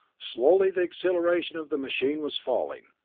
slowly the acceleration of the machine was falling.